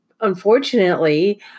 Unfortunately